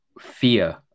fear